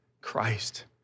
Christ